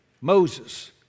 Moses